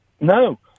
No